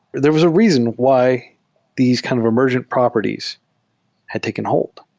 there was a reason why these kind of emergent properties had taken hold.